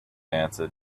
answered